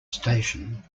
station